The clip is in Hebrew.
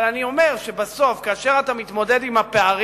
אבל אני אומר שבסוף, כאשר אתה מתמודד עם הפערים,